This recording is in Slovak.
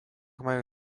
majú